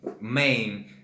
main